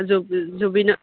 জুবি জুবিনৰ